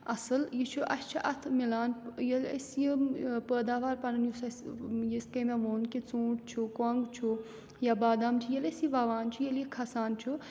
اَصٕل یہِ چھُ اَسہِ چھُ اَتھ مِلان ییٚلہِ أسۍ یِم پٲداوار پَنُن یُس اَسہِ یِس کٔنۍ مےٚ ووٚن کہِ ژوٗنٛٹھ چھُ کۄنٛگ چھُ یا بادام چھِ ییٚلہِ أسۍ یہِ وَوان چھِ ییٚلہِ یہِ کھَسان چھُ